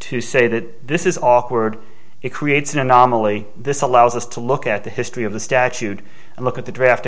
to say that this is awkward it creates an anomaly this allows us to look at the history of the statute and look at the draft